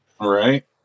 Right